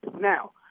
now